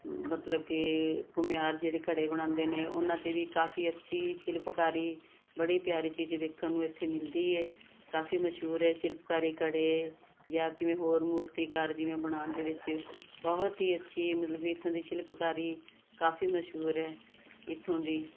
ਮਤਲਬ ਕਿ ਘੁਮਿਆਰ ਜਿਹੜੇ ਘੜੇ ਬਣਾਉਂਦੇ ਨੇ ਉਹਨਾਂ 'ਤੇ ਵੀ ਕਾਫ਼ੀ ਅੱਛੀ ਸ਼ਿਲਪਕਾਰੀ ਬੜੀ ਪਿਆਰੀ ਚੀਜ਼ ਵੇਖਣ ਨੂੰ ਇੱਥੇ ਮਿਲਦੀ ਹੈ ਕਾਫ਼ੀ ਮਸ਼ਹੂਰ ਹੈ ਸ਼ਿਲਪਕਾਰੀ ਕੜੇ ਜਾਂ ਕਿਵੇਂ ਹੋਰ ਮੂਰਤੀਕਾਰ ਜਿਵੇਂ ਬਣਾਉਣ ਦੇ ਵਿੱਚ ਬਹੁਤ ਹੀ ਅੱਛੀ ਮਤਲਬ ਵੀ ਇੱਥੋਂ ਦੀ ਸ਼ਿਲਪਕਾਰੀ ਕਾਫ਼ੀ ਮਸ਼ਹੂਰ ਹੈ ਇੱਥੋਂ ਦੀ